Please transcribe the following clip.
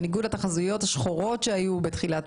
בניגוד לתחזיות ה"שחורות" שהיו בתחילת